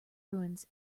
ruins